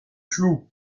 floue